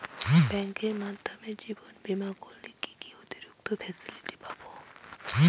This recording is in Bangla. ব্যাংকের মাধ্যমে জীবন বীমা করলে কি কি অতিরিক্ত ফেসিলিটি পাব?